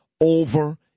over